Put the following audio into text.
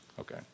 Okay